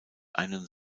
einen